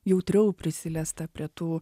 jautriau prisiliesta prie tų